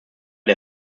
der